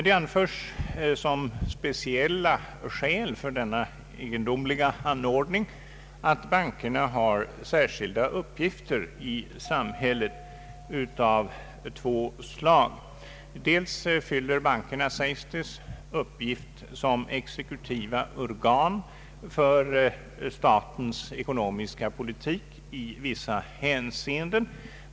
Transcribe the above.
Det anförs som speciella skäl för denna egendomliga anordning att bankerna har särskilda uppgifter i samhället av två slag. Bankerna fullgör, sägs det, uppgifter som exekutiva organ för statens ekonomiska politik i vissa hänseenden.